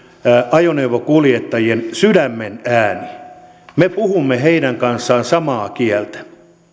ajoneuvokuljettajien sydämen ääni me puhumme heidän kanssaan samaa kieltä